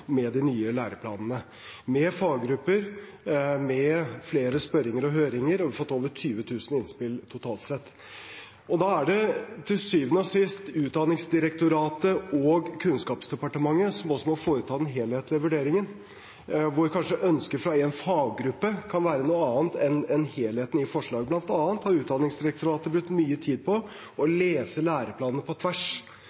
med de nye læreplanene – med faggrupper, med flere spørringer og høringer, og vi har fått over 20 000 innspill totalt sett. Da er det til syvende og sist Utdanningsdirektoratet og Kunnskapsdepartementet som må foreta den helhetlige vurderingen, der kanskje ønsket fra én faggruppe kan være noe annet enn helheten i forslaget. Blant annet har Utdanningsdirektoratet brukt mye tid på å